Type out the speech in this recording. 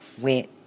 went